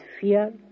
fear